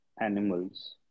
animals